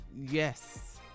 Yes